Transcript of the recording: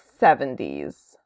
70s